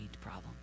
problem